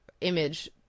image